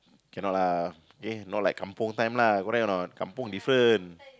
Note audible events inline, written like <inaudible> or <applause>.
cannot lah K not like kampung time lah correct or not kampung different <noise>